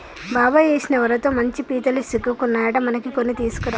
బాబాయ్ ఏసిన వలతో మంచి పీతలు సిక్కుకున్నాయట మనకి కొన్ని తీసుకురా